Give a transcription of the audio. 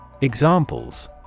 Examples